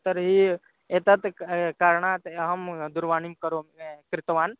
तर्हि एतत् कारणात् अहं दूरवाणीं करोमि कृतवान्